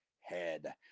head